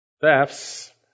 thefts